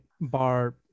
bar